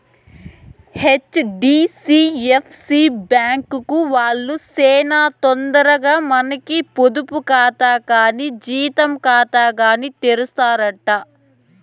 HDFC bank వాల్లు సేనా తొందరగా మనకి పొదుపు కాతా కానీ జీతం కాతాగాని తెరుస్తారట